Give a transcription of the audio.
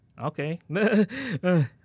Okay